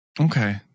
okay